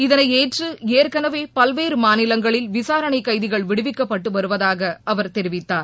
இதனை ஏற்று ஏற்கனவே பல்வேறு மாநிலங்களில் விசாரணை கைதிகள் விடுவிக்கப்பட்டு வருவதாக அவர் தெரிவித்தார்